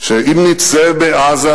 שאם נצא מעזה,